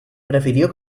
prefirió